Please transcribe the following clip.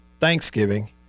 Thanksgiving